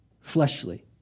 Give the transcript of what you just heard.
fleshly